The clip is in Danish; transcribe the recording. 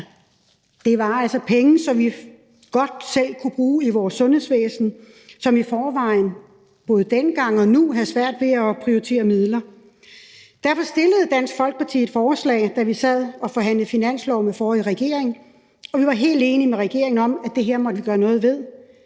Det var altså penge, som vi godt selv kunne bruge i vores sundhedsvæsen, som i forvejen både dengang og nu havde svært ved at prioritere midler. Derfor stillede Dansk Folkeparti et forslag, da vi sad og forhandlede finanslov med den forrige regering, og vi var helt enige med regeringen om, at det her måtte vi gøre noget ved.